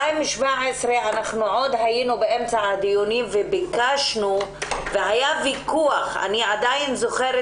שאז היינו עוד באמצע הדיונים והיה ויכוח אני עדיין זוכרת